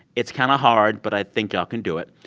it's kind of hard, but i think y'all can do it.